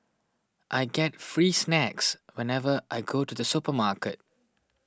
I get free snacks whenever I go to the supermarket